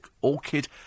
orchid